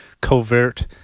covert